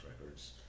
records